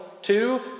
Two